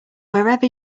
wherever